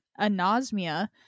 anosmia